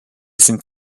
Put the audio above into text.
sind